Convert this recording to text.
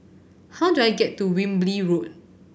how do I get to Wilby Road